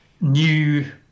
new